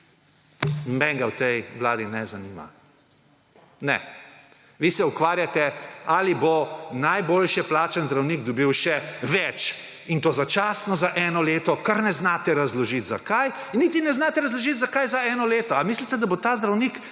nobenega v tej Vladi ne zanima. Ne, vi se ukvarjate ali bo najboljše plačan zdravnik dobil še več in to začasno za eno leto, kar ne znate razložiti zakaj in niti ne znate razložiti zakaj za eno leto. Ali mislite, da bo ta zdravnik